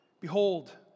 Behold